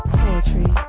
poetry